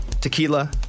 Tequila